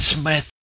Smith